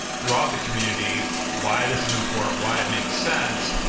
throughout the community why this is important, why it makes sense